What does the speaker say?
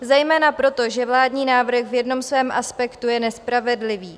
Zejména proto, že vládní návrh v jednom svém aspektu je nespravedlivý.